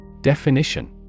Definition